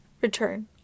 return